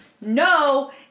No